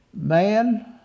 Man